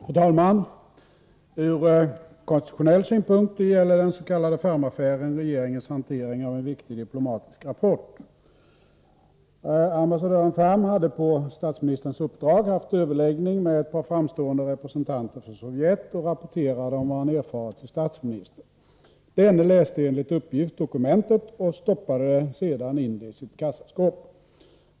Fru talman! Ur konstitutionell synpunkt gäller den s.k. Fermaffären regeringens hantering av en viktig diplomatisk rapport. Ambassadören Ferm hade på statsministerns uppdrag haft överläggning med ett par framstående representanter för Sovjet och rapporterade om vad han erfarit till statsministern. Denne läste enligt uppgift dokumentet och stoppade sedan in det i sitt kassaskåp.